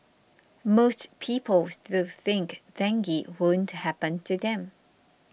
most people still think dengue won't happen to them